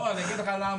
לא, אני אגיד לך למה.